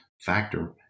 factor